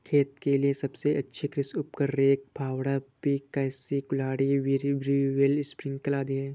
खेत के लिए सबसे अच्छे कृषि उपकरण, रेक, फावड़ा, पिकैक्स, कुल्हाड़ी, व्हीलब्रो, स्प्रिंकलर आदि है